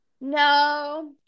No